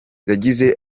yagize